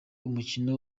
umukino